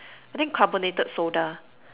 I think carbonated soda